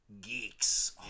geeks